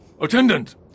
Attendant